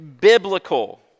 biblical